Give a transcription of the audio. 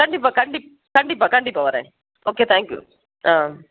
கண்டிப்பாக கண்டிப்பா கண்டிப்பாக கண்டிப்பாக வரேன் ஓகே தேங்க்யூ ஆ